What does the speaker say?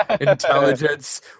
Intelligence